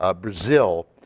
Brazil